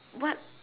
what